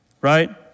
right